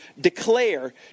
declare